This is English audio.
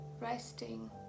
resting